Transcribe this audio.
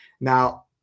Now